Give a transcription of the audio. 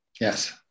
Yes